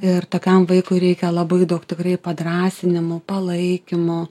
ir tokiam vaikui reikia labai daug tikrai padrąsinimo palaikymo